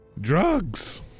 Drugs